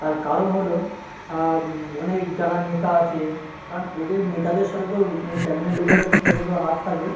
তার কারণ হলো অনেক যারা নেতা আছে কারণ ওদের নেতাদের সাথে তো মানে চ্যানেলের লোকেদের সাথে তো হাত থাকে